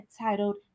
titled